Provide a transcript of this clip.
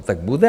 Tak bude?